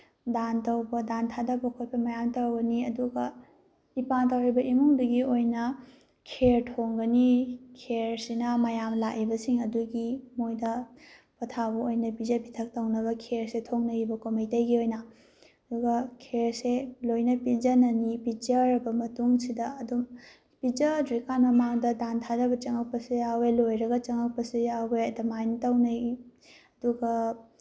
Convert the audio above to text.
ꯗꯥꯟ ꯇꯧꯕ ꯗꯥꯟ ꯊꯥꯗꯕ ꯈꯣꯠꯄꯄ ꯃꯌꯥꯝ ꯇꯧꯒꯅꯤ ꯑꯗꯨꯒ ꯏꯄꯥꯟ ꯇꯧꯔꯤꯕ ꯏꯃꯨꯡꯗꯨꯒꯤ ꯑꯣꯏꯅ ꯈꯦꯔ ꯊꯣꯡꯒꯅꯤ ꯈꯦꯔꯁꯤꯅ ꯃꯌꯥꯝ ꯂꯥꯛꯏꯕꯁꯤꯡ ꯑꯗꯨꯒꯤ ꯃꯣꯏꯗ ꯄꯣꯊꯥꯕ ꯑꯣꯏꯅ ꯄꯤꯖ ꯄꯤꯊꯛ ꯇꯧꯅꯕ ꯈꯦꯔꯁꯦ ꯊꯣꯡꯅꯩꯕꯀꯣ ꯃꯩꯇꯩꯒꯤ ꯑꯣꯏꯅ ꯑꯗꯨꯒ ꯈꯦꯔꯁꯦ ꯂꯣꯏꯅ ꯄꯤꯖꯅꯅꯤ ꯄꯤꯖꯔꯕ ꯃꯇꯨꯡꯁꯤꯗ ꯑꯗꯨꯝ ꯄꯤꯖꯗ꯭ꯔꯤꯀꯥꯟ ꯃꯃꯥꯡꯗ ꯗꯥꯟ ꯊꯥꯗꯕ ꯆꯪꯉꯛꯄꯁꯨ ꯌꯥꯎꯋꯦ ꯂꯣꯏꯔꯒ ꯆꯪꯉꯛꯄꯁꯨ ꯌꯥꯎꯋꯦ ꯑꯗꯨꯃꯥꯏꯅ ꯇꯧꯅꯩ ꯑꯗꯨꯒ